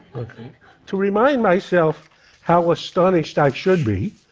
to remind myself how astonished i should be,